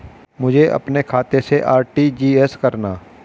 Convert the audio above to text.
मुझे अपने खाते से आर.टी.जी.एस करना?